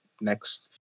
next